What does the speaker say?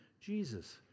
Jesus